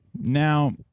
Now